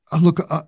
Look